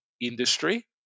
industry